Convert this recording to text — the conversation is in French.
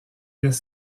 des